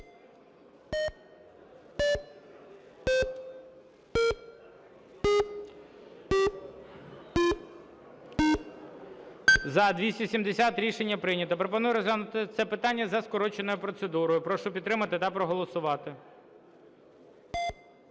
За-270 Рішення прийнято. Пропоную розглянути це питання за скороченою процедурою. Прошу підтримати та проголосувати.